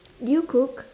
do you cook